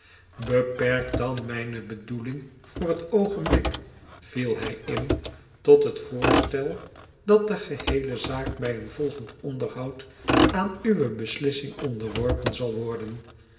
beperk dan mijne bedoeling voor het oogenblik viel hij in itot het voorstel dat de geheele zaak bij een volgend onderhoud aan uwe beslissing onderworpen zal worden